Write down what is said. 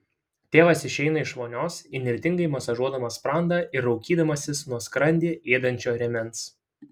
tėvas išeina iš vonios įnirtingai masažuodamas sprandą ir raukydamasis nuo skrandį ėdančio rėmens